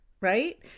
right